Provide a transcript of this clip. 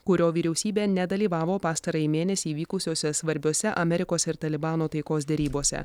kurio vyriausybė nedalyvavo pastarąjį mėnesį vykusiose svarbiose amerikos ir talibano taikos derybose